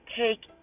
take